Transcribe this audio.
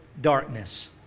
darkness